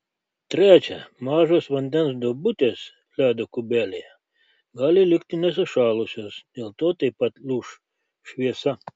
trečia mažos vandens duobutės ledo kubelyje gali likti nesušalusios dėl to taip pat lūš šviesa